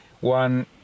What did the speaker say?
one